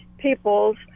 peoples